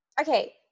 Okay